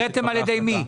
נקראתם על ידי מי?